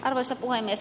arvoisa puhemies